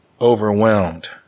overwhelmed